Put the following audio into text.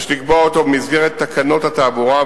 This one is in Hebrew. יש לקבוע אותו במסגרת תקנות התעבורה,